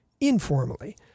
informally